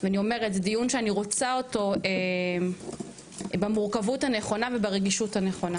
ואני אומרת זה דיון שאני רוצה אותו במורכבות הנכונה וברגישות הנכונה.